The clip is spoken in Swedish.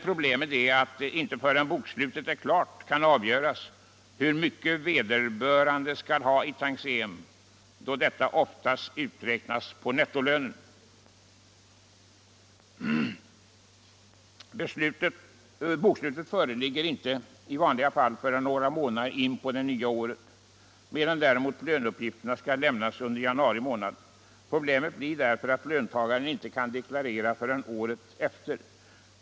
Problemet är att det inte förrän bokslutet är klart kan avgöras hur mycket vederbörande skall ha i tantiem, då detta oftast uträknas på net 31 tovinsten. Bokslutet föreligger i vanliga fall inte förrän några månader in på det nya året, medan däremot löneuppgifterna skall lämnas under januari månad. Problemet blir därför att löntagaren inte kan deklarera den inkomsten förrän året efter.